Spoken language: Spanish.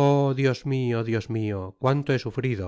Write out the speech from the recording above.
oh dios mio dios mio i cuanto he sufrido